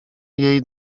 jej